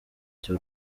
cyo